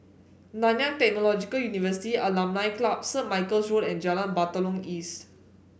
Nanyang Technological University Alumni Club Saint Michael's Road and Jalan Batalong East